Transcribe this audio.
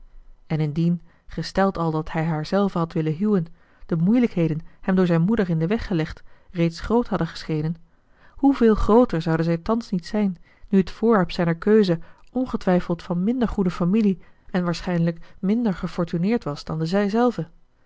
en indien gesteld al dat hij haarzelve had willen huwen de moeilijkheden hem door zijn moeder in den weg gelegd reeds groot hadden geschenen hoeveel grooter zouden zij thans niet zijn nu het voorwerp zijner keuze ongetwijfeld van minder goede familie en waarschijnlijk minder gefortuneerd was dan zijzelve